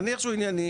נניח שהוא ענייני,